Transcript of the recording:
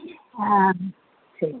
ஆ சரி